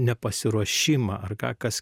nepasiruošimą ar ką kas